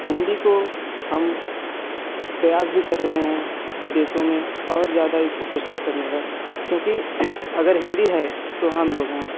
हिन्दी को हम प्रयास भी कर रहे हैं विदेशों में और ज़्यादा इसको प्रचलित करने का क्योंकि अगर हिन्दी है तो हम लोग हैं